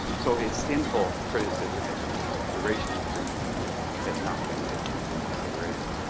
so a simple criticism, if you will, is duration of treatment has not been taken into consideration.